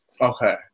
okay